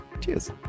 Cheers